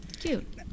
cute